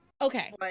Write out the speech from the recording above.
Okay